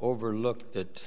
overlooked that